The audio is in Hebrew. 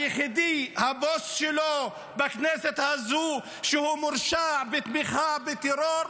הוא היחיד שהבוס שלו בכנסת הזו הוא מורשע בתמיכה בטרור,